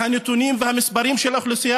והנתונים והמספרים של האוכלוסייה